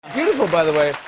beautiful, by the way.